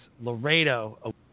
Laredo